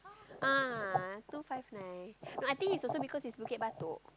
ah two five nine no I think it's also because it's Bukit-Batok